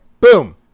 boom